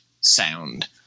sound